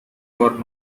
were